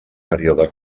període